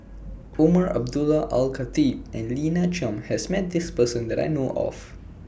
Umar Abdullah Al Khatib and Lina Chiam has Met This Person that I know of